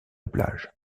plage